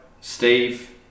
steve